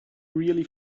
really